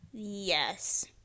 Yes